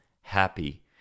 happy